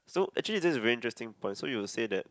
so actually this is a very interesting point so you'll say that